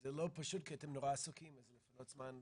וזה לא פשוט כי אתם נורא עסוקים אז לי ולציבור,